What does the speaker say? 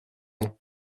ans